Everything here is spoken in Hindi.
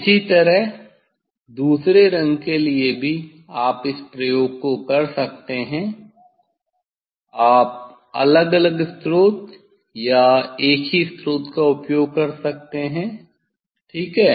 इसी तरह दूसरे रंग के लिए भी आप इस प्रयोग को कर सकते हैं आप अलग अलग स्रोत या एक ही स्रोत का उपयोग कर सकते हैं ठीक है